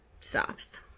stops